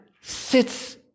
sits